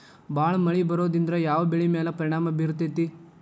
ಭಾಳ ಮಳಿ ಬರೋದ್ರಿಂದ ಯಾವ್ ಬೆಳಿ ಮ್ಯಾಲ್ ಪರಿಣಾಮ ಬಿರತೇತಿ?